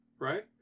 right